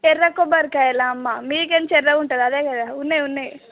ఎర్ర కొబ్బరికాయలా అమ్మ మీద నుంచి ఎర్రగా ఉంటుంది అదే కదా ఉన్నాయి ఉన్నాయి